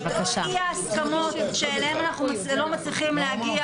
אי-ההסכמות שאליהן אנחנו לא מצליחים להגיע